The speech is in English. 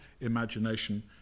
imagination